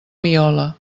miole